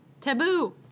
Taboo